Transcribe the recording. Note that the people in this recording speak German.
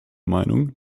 meinung